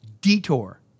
detour